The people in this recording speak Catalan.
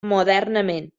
modernament